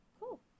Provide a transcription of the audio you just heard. Cool